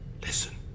Listen